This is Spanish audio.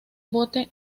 bote